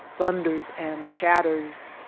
thunders and shatters.